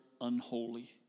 unholy